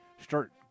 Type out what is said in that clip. Start